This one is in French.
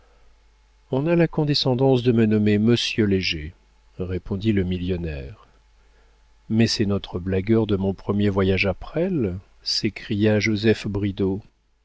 on a la condescendance de me nommer monsieur léger répondit le millionnaire mais c'est notre blagueur de mon premier voyage à presles s'écria joseph